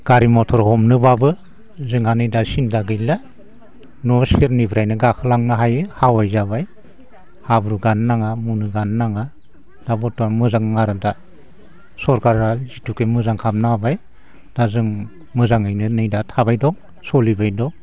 गारि मथर हमनोब्लाबो जोंहा नै दा सिन्था गैला न'सेरनिफ्रानो गाखोलांनो हायो हावाय जाबाय हाब्रु गानो नाङा मुनु गानो नाङा दा बर्थमान मोजां आरो दा सरखारा जिथुखे मोजां खालामना होबाय दा जों मोजाङैनो नैदा थाबाय दं सलिबाय दं